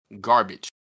garbage